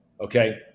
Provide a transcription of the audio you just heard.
okay